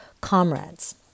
Comrades